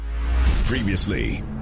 Previously